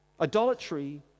Idolatry